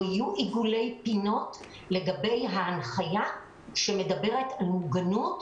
לא יהיו עיגולי פינות לגבי ההנחיה שמדברת על מוגנות,